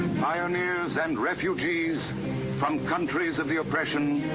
pioneers and refugees from countries of the oppression,